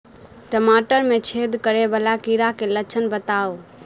टमाटर मे छेद करै वला कीड़ा केँ लक्षण बताउ?